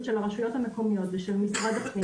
של הרשויות המקומיות ושל משרד הפנים,